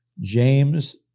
James